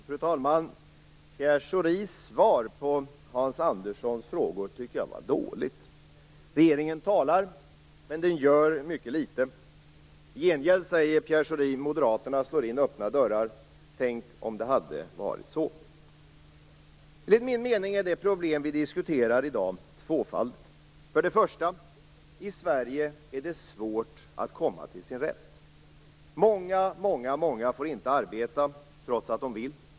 Fru talman! Jag tycker att Pierre Schoris svar på Hans Anderssons frågor var dåligt. Regeringen talar, men den gör mycket litet. I gengäld säger Pierre Schori att Moderaterna slår in öppna dörrar. Tänk om det hade varit så! Enligt min mening är det problem som vi diskuterar i dag tvåfaldigt. För det första: I Sverige är det svårt att komma till sin rätt. Många, många får inte arbeta, trots att de vill.